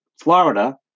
Florida